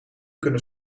kunnen